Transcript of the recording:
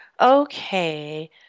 Okay